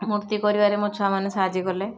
ମୂର୍ତ୍ତି କରିବାରେ ମୋ ଛୁଆମାନେ ସାହାଯ୍ୟ କଲେ